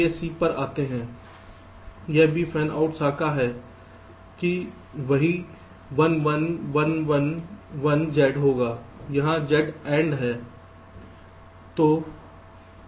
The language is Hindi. आइए c पर आते हैं यह भी फैनआउट शाखा है कि वही 1 1 1 1 1 Z होगा यहाँ Z AND यह